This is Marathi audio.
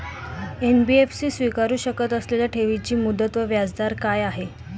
एन.बी.एफ.सी स्वीकारु शकत असलेल्या ठेवीची मुदत व व्याजदर काय आहे?